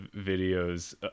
videos